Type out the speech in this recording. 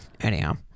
Anyhow